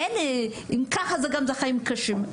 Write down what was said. אין, גם ככה החיים קשים.